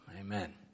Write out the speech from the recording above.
Amen